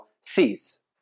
sees